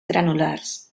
granulars